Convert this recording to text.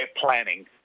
planning